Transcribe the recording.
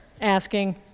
asking